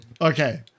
Okay